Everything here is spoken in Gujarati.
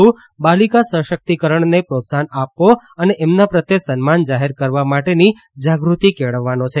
આજના દિવસનો હેતુ બાલિકા સશક્તિકરણને પ્રોત્સાહન આપવો અને એમના પ્રત્યે સન્માન જાહેર કરવા માટેની જાગૃતિ કેળવવાનો છે